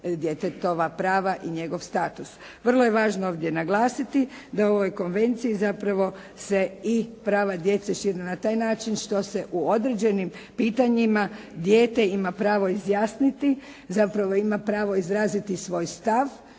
djetetova prava i njegov status. Vrlo je važno ovdje naglasiti da u ovoj Konvenciji zapravo se i prava djece šire na taj način što se u određenim pitanjima dijete ima pravo izjasniti, zapravo ima pravo izraziti svoj stav